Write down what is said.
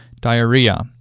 Diarrhea